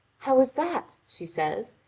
how is that? she says,